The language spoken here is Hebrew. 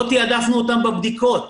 לא תיעדפנו אותם בבדיקות,